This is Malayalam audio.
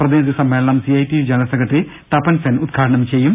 പ്രതിനിധി സമ്മേളനം C I T U general secretary Tapan Sen ഉദ്ഘാടനം ചെയ്യും